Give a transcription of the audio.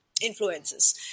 influences